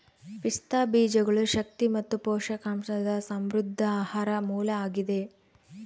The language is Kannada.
ಪಿಸ್ತಾ ಬೀಜಗಳು ಶಕ್ತಿ ಮತ್ತು ಪೋಷಕಾಂಶದ ಸಮೃದ್ಧ ಆಹಾರ ಮೂಲ ಆಗಿದೆ